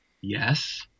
Yes